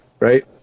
Right